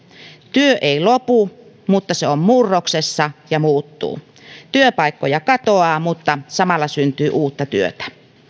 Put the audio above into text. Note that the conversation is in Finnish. työ ei lopu mutta se on murroksessa ja muuttuu työpaikkoja katoaa mutta samalla syntyy uutta työtä